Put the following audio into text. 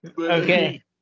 Okay